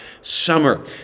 summer